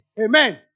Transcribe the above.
Amen